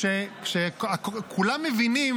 כשכולם מבינים,